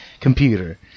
computer